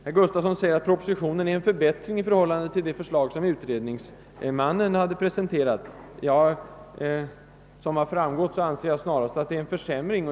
Herr Gustafsson i Barkarby ansåg att propositionen innebär en förbättring jämfört med utredningsmannens förslag. Av vad jag här sagt torde framgå att jag snarare tycker att propositionen är en försämring.